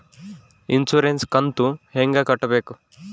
Insurance ಕಂತು ಹೆಂಗ ಕಟ್ಟಬೇಕು?